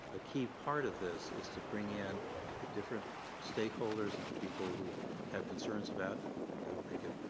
a key part of this is to bring in the different stakeholders and people who have concerns about. i'll make it,